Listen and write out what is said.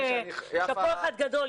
שאפו אחד גדול.